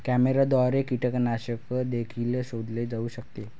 कॅमेऱ्याद्वारे कीटकनाशक देखील शोधले जाऊ शकते